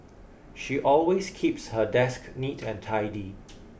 she always keeps her desk neat and tidy